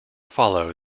follow